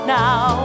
now